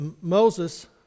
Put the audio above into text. Moses